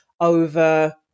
over